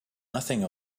nothing